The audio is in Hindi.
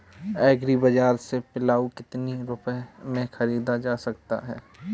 एग्री बाजार से पिलाऊ कितनी रुपये में ख़रीदा जा सकता है?